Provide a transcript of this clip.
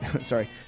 sorry